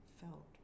felt